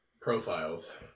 profiles